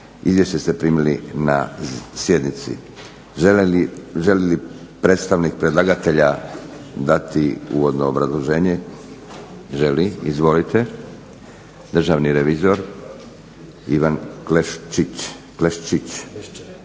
Izvješće ste primili na sjednici, želi li predstavnik predlagatelja dati uvodno obrazloženje? Želi, izvolite, državni revizor Ivan Klešić.